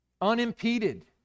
unimpeded